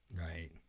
Right